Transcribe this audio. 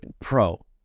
pro